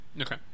Okay